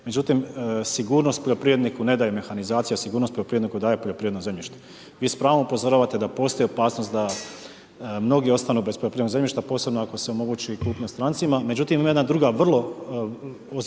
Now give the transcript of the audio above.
Međutim, sigurnost poljoprivredniku ne daje mehanizacija, sigurnost poljoprivredniku daje poljoprivredno zemljište. Vi s pravom upozoravate da postoji opasnost da mnogi ostanu bez poljoprivrednog zemljišta posebno ako se omogući kupnja strancima, međutim ima jedna puno